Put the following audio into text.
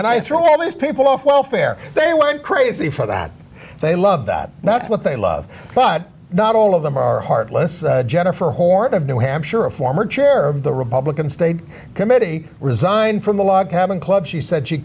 and i thought all these people off welfare they went crazy for that they love that that's what they love but not all of them are heartless jennifer horn of new hampshire a former chair of the republican state committee resigned from the log cabin club she s